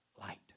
Light